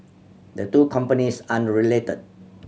the two companies aren't related